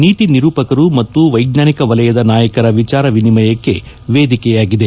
ನೀತಿ ನಿರೂಪಕರು ಮತ್ತು ವೈಜ್ಞಾನಿಕ ವಲಯದ ನಾಯಕರ ವಿಚಾರ ವಿನಿಮಯಕ್ಷಿ ವೇದಿಕೆಯಾಗಿದೆ